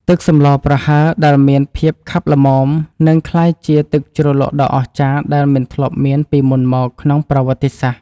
ទឹកសម្លប្រហើរដែលមានភាពខាប់ល្មមនឹងក្លាយជាទឹកជ្រលក់ដ៏អស្ចារ្យដែលមិនធ្លាប់មានពីមុនមកក្នុងប្រវត្តិសាស្ត្រ។